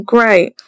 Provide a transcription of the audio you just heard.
Great